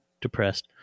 depressed